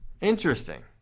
Interesting